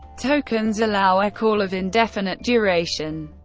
tokens allow a call of indefinite duration.